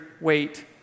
weight